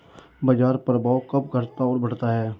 बाजार प्रभाव कब घटता और बढ़ता है?